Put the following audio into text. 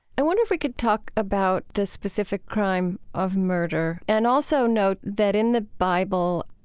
i wonder if we could talk about the specific crime of murder and also note that in the bible,